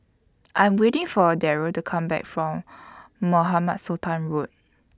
I Am waiting For A Deryl to Come Back from Mohamed Sultan Road